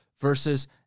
versus